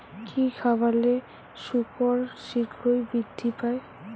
কি খাবালে শুকর শিঘ্রই বৃদ্ধি পায়?